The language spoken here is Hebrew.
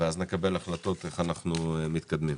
אז נקבל החלטות איך אנחנו מתקדמים.